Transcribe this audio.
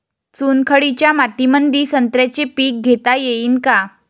चुनखडीच्या मातीमंदी संत्र्याचे पीक घेता येईन का?